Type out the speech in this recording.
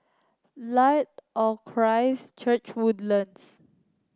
Light of Christ Church Woodlands